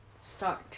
start